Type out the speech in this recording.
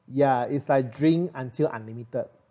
ya it's like drink until unlimited